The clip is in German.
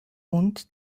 und